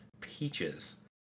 peaches